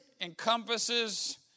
encompasses